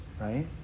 right